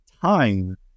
time